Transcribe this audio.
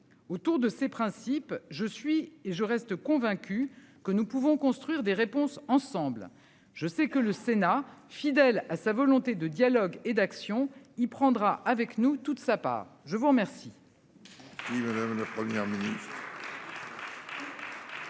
autour de ces principes, je suis et je reste convaincu que nous pouvons construire des réponses ensemble. Je sais que le Sénat fidèle à sa volonté de dialogue et d'action. Il prendra avec nous toute sa part. Je vois bien.--